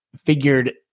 figured